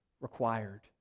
required